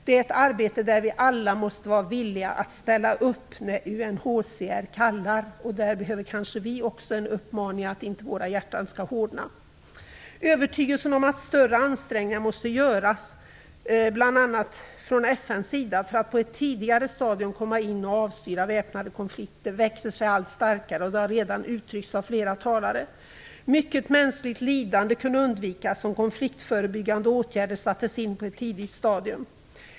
Det är ett arbete där vi alla måste vara villiga att ställa upp när UNHCR kallar, och där behöver kanske även vi en uppmaning för att inte våra hjärtan skall hårdna. Övertygelsen om att större ansträngningar måste göras, bl.a. från FN:s sida, för att på ett tidigare stadium komma in och avstyra väpnade konflikter växer sig allt starkare - det har redan sagts av flera talare. Mycket mänskligt lidande kunde undvikas om konfliktförebyggande åtgärder sattes in på ett tidigt stadium.